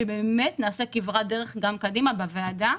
אלא שבאמת נעשה כברת דרך קדימה בוועדה.